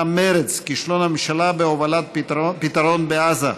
מרצ: כישלון הממשלה בהובלת פתרון בעזה.